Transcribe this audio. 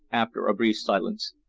after a brief silence.